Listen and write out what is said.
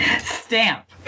Stamp